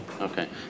okay